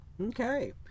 Okay